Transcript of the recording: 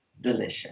Delicious